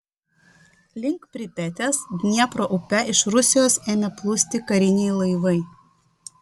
link pripetės dniepro upe iš rusijos ėmė plūsti kariniai laivai